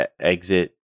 exit